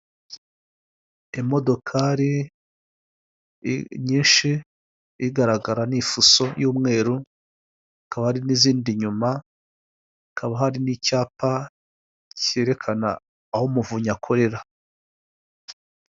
Imodokari nyinshi igaragara ni ifuso y'umweru, kaba hari n'izindi inyuma, hakaba hari n'icyapa cyerekana aho umuvunyi akorera.